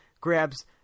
grabs